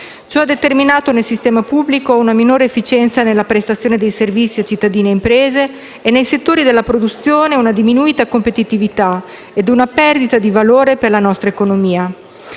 Ciò ha determinato nel sistema pubblico una minore efficienza nella prestazione dei servizi a cittadini e imprese e nei settori della produzione una diminuita competitività ed una perdita di valore per la nostra economia.